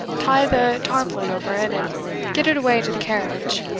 tie the tarpaulin over it, and get it away to the carriage